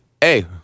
Hey